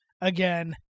again